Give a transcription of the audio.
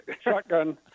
Shotgun